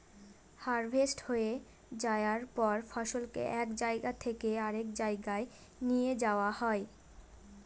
harvest হয়ে যায়ার পর ফসলকে এক জায়গা থেকে আরেক জাগায় নিয়ে যাওয়া হয়